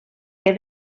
que